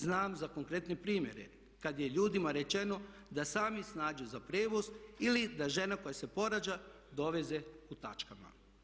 Znam za konkretne primjere kad je ljudima rečeno da se sami snađu za prijevoz ili da žena koja se porađa doveze u tačkama.